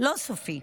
לא סופי.